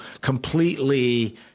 completely